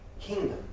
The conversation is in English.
kingdom